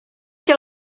que